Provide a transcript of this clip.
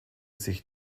sich